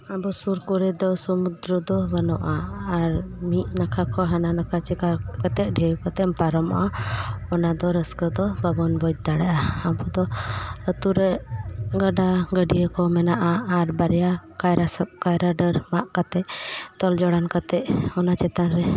ᱟᱵᱚ ᱥᱩᱨ ᱠᱚᱨᱮ ᱫᱚ ᱥᱚᱢᱩᱫᱨᱚ ᱫᱚ ᱵᱟᱱᱩᱜᱼᱟ ᱟᱨ ᱢᱤᱫᱱᱟᱠᱷᱟ ᱠᱷᱚᱡ ᱦᱟᱱᱟ ᱱᱟᱠᱷᱟ ᱪᱮᱠᱟ ᱠᱟᱛᱮᱜ ᱰᱷᱮᱣ ᱠᱟᱛᱮᱢ ᱯᱟᱨᱚᱢᱟᱜᱼᱟ ᱚᱱᱟ ᱫᱚ ᱨᱟᱹᱥᱠᱟᱹ ᱵᱟᱵᱚᱱ ᱵᱩᱡᱽ ᱫᱟᱲᱮᱭᱟᱜᱼᱟ ᱟᱵᱚ ᱫᱚ ᱟᱛᱩᱨᱮ ᱜᱟᱰᱟ ᱜᱟᱹᱰᱭᱟᱹ ᱠᱚ ᱢᱮᱱᱟᱜᱼᱟ ᱟᱨ ᱵᱟᱨᱭᱟ ᱠᱟᱭᱨᱟ ᱥᱟᱠ ᱠᱟᱭᱨᱟ ᱰᱟᱹᱨ ᱢᱟᱜ ᱠᱟᱛᱮ ᱛᱚᱞ ᱡᱚᱲᱟᱱ ᱠᱟᱛᱮ ᱚᱱᱟ ᱪᱮᱛᱟᱱ ᱨᱮ